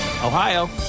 Ohio